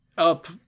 up